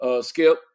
Skip